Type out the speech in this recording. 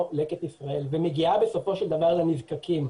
לקט ישראל ומגיעה בסופו של דבר לנזקקים,